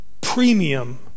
premium